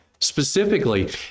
Specifically